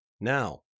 Now